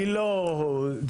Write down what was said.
לא,